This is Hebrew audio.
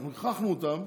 אנחנו הכרחנו אותם